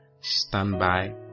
standby